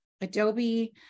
Adobe